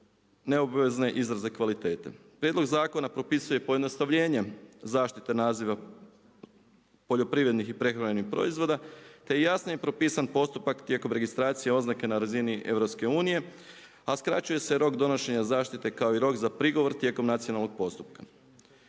neobavezne izraze kvalitete. Prijedlog zakona propisuje pojednostavljenje zaštite naziva poljoprivrednih i prehrambenih proizvoda te jasno je propisan postupak tijekom registracije oznake na razini EU a skraćuje se rok donošenja zaštite kao i rok za prigovor tijekom nacionalnog postupka.